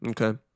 Okay